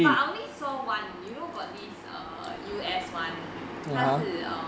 but I only saw one you know got this err U_S one 它是 err